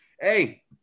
Hey